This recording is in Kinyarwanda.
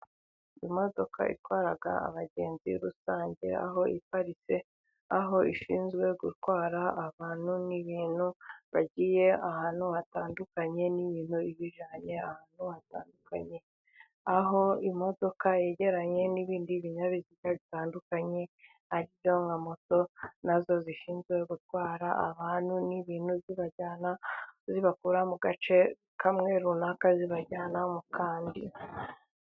Imodokadoka itwara abagenzi rusange, aho iparitse aho ishinzwe gutwara abantu n'ibintu, bagiye ahantu hatandukanye, n'ibintu ibijyanye ahantu hatandukanye, aho imodoka yegeranye n'ibindi binyabiziga bitandukanye, hariho nka moto nazo zishinzwe gutwara abantu n'ibintu zibajyana, zibakura mu gace kamwe runaka zibajyana mu kandi.